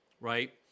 right